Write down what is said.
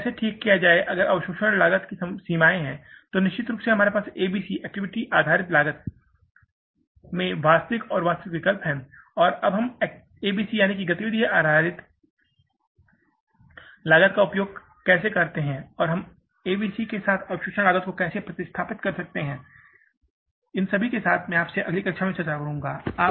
तो कैसे ठीक किया जाए अगर अवशोषण लागत की सीमाएं हैं तो निश्चित रूप से हमारे पास एबीसी एक्टिविटी आधारित लागत में वास्तविक और वास्तविक विकल्प है और हम एबीसी या गतिविधि आधारित लागत का उपयोग कैसे कर सकते हैं और हम एबीसी के साथ अवशोषण लागत को कैसे प्रतिस्थापित कर सकते हैं कि सभी मैं आपके साथ अगली कक्षा में चर्चा करूंगा